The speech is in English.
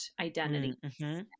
identity